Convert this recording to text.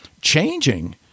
changing